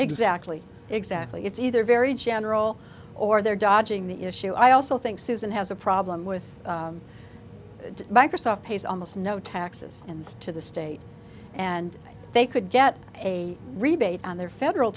exactly exactly it's either very general or they're dodging the issue i also think susan has a problem with microsoft pays almost no taxes and to the state and they could get a rebate on their federal